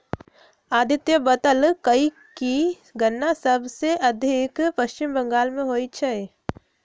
अदित्य बतलकई कि गन्ना सबसे अधिक पश्चिम बंगाल में होई छई